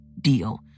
deal